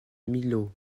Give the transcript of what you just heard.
millau